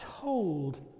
told